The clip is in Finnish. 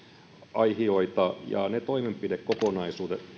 aihioita ja ne toimenpidekokonaisuudet